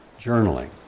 journaling